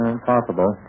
Impossible